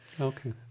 Okay